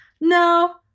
No